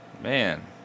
Man